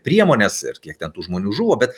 priemones ir kiek ten tų žmonių žuvo bet